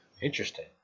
interesting